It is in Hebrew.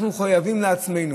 אנחנו מחויבים לעצמנו.